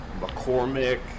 McCormick